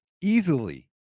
easily